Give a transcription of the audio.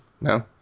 No